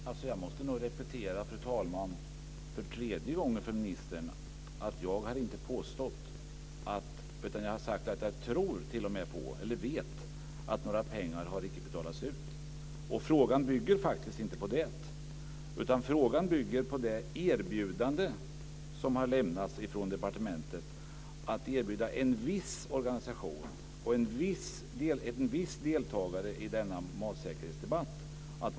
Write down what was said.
Fru talman! Jag måste nog för tredje gången repetera för ministern att jag inte har påstått, jag har sagt att jag tror eller t.o.m. vet att några pengar icke har betalats ut. Frågan bygger faktiskt inte på det. Frågan bygger på det erbjudande som har lämnats från departementet till en viss organisation, en viss deltagare, att vara med i denna matsäkerhetsdebatt.